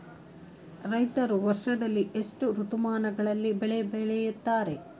ರೈತರು ವರ್ಷದಲ್ಲಿ ಎಷ್ಟು ಋತುಮಾನಗಳಲ್ಲಿ ಬೆಳೆ ಬೆಳೆಯುತ್ತಾರೆ?